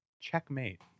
checkmate